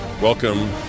welcome